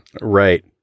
right